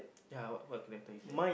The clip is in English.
ya what what letter is that